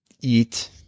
eat